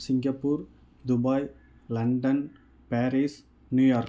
Singapore Dubai London Paris New York